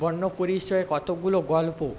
বর্ণ পরিচয়ের কতগুলো গল্প